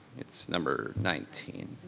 it's number nineteen,